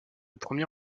premier